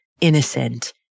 innocent